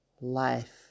life